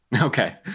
Okay